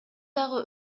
дагы